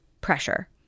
pressure